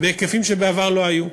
בהיקפים שלא היו בעבר.